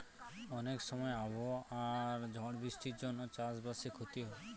অনেক সময় আবহাওয়া আর ঝড় বৃষ্টির জন্য চাষ বাসে ক্ষতি হয়